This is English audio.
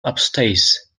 upstairs